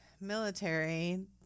military